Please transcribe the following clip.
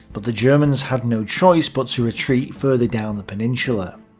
but the germans had no choice but to retreat further down the peninsula.